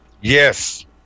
Yes